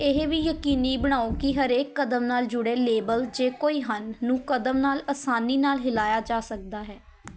ਇਹ ਵੀ ਯਕੀਨੀ ਬਣਾਓ ਕਿ ਹਰੇਕ ਕਦਮ ਨਾਲ ਜੁੜੇ ਲੇਬਲ ਜੇ ਕੋਈ ਹਨ ਨੂੰ ਕਦਮ ਨਾਲ ਅਸਾਨੀ ਨਾਲ ਹਿਲਾਇਆ ਜਾ ਸਕਦਾ ਹੈ